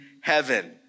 heaven